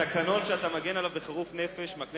התקנון שאתה מגן עליו בחירוף נפש מקנה